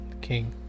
king